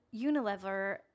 Unilever